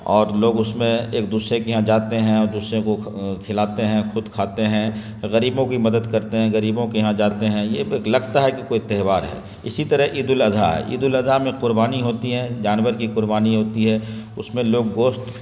اور لوگ اس میں ایک دوسرے کے یہاں جاتے ہیں اور دوسرے کو کھلاتے ہیں خود کھاتے ہیں غریبوں کی مدد کرتے ہیں گریبوں کے یہاں جاتے ہیں یہ لگتا ہے کہ کوئی تہوار ہے اسی طرح عید الاضحیٰ ہے عید الاضحیٰ میں قربانی ہوتی ہے جانور کی قربانی ہوتی ہے اس میں لوگ گوشت